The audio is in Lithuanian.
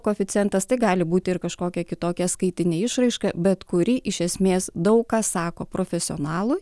koeficientas tai gali būti ir kažkokia kitokia skaitinė išraiška bet kuri iš esmės daug ką sako profesionalui